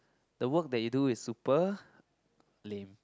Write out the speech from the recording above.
the work that you do is super lame